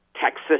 Texas